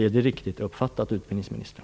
Är det riktigt uppfattat, utbildningsministern?